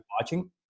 watching